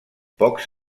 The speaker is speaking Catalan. pocs